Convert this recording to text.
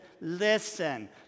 listen